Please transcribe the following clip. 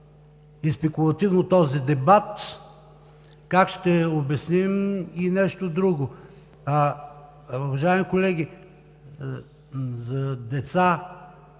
и спекулативно този дебат, как ще обясним и нещо друго? Уважаеми колеги, за деца,